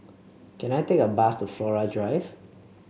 can I take a bus to Flora Drive